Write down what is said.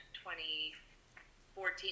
2014